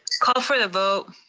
call for the vote.